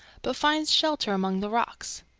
but finds shelter among the rocks.